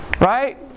Right